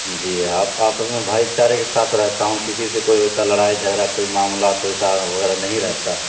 جی آپ آپس میں بھائی چارے کے ساتھ رہتا ہوں کسی سے کوئی ویسا لڑائی جھگڑا کوئی معاملات تو ویسا وغیرہ نہیں رہتا